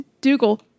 Dougal